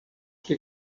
que